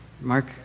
Mark